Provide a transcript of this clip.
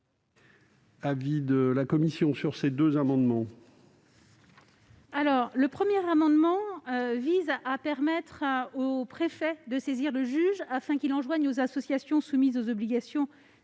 l'avis de la commission ? Ces deux amendements